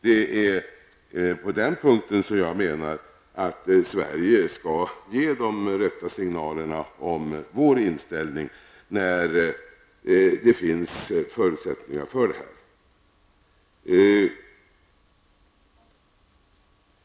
Det är därför som jag menar att Sverige bör ge de rätta signalerna om vår inställning på den punkten.